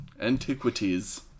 Antiquities